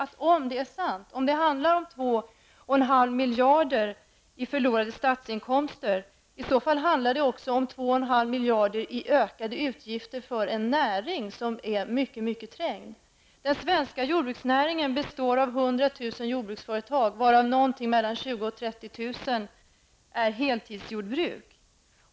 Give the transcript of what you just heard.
Men om det är sant att det handlar om 2,5 miljarder i förlorade statsinkomster, handlar det också om 2,5 miljarder i ökade utgifter för en näring som är mycket trängd. jordbruksföretag, varav 20 000--30 000 är heltidsjordbruk.